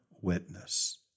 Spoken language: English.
witness